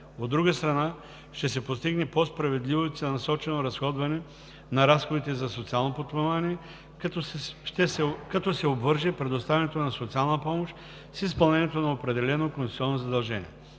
От друга страна, ще се постигне по-справедливо и целенасочено разходване на ресурсите за социално подпомагане, като се обвърже предоставянето на социална помощ с изпълнението на определено конституционно задължение.